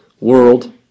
world